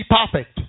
perfect